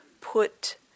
put